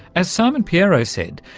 as simon pierro said,